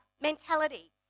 mentality